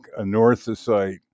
anorthosite